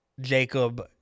Jacob